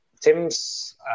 Tim's